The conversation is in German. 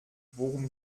worum